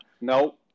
no